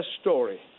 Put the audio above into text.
story